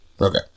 Okay